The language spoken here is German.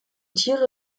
tiere